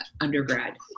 undergrad